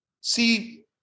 See